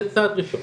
זה צעד ראשון.